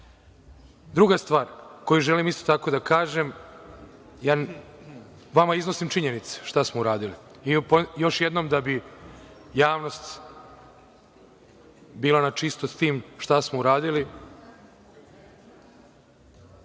se. Druga stvar koju želim isto tako da kažem, ja vama iznosim činjenice šta smo uradili. Još jednom, da bi javnost bila na čisto s tim šta smo uradili,